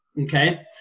okay